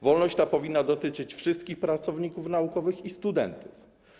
Wolność ta powinna dotyczyć wszystkich pracowników naukowych i studentów.